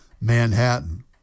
Manhattan